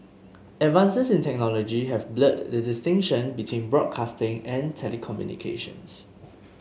advances in technology have blurred the distinction between broadcasting and telecommunications